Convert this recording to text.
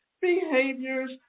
behaviors